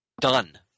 done